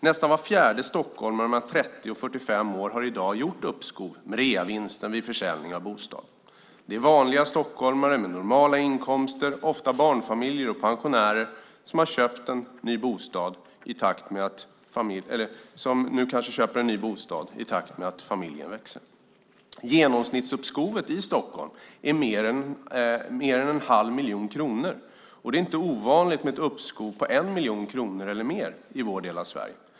Nästan var fjärde stockholmare mellan 30 och 45 år har i dag gjort uppskov med reavinsten vid försäljning av bostad. Det är vanliga stockholmare med normala inkomster, ofta barnfamiljer och pensionärer, som nu kanske köper en ny bostad i takt med att familjen växer. Genomsnittsuppskovet i Stockholm är mer än 1⁄2 miljon kronor, och det är inte ovanligt med ett uppskov på 1miljon kronor eller mer i vår del av Sverige.